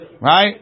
Right